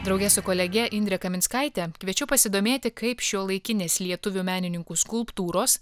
drauge su kolege indre kaminskaite kviečiu pasidomėti kaip šiuolaikinės lietuvių menininkų skulptūros